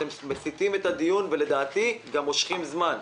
אתם מסיטים את הדיון, ולדעתי גם מושכים זמן.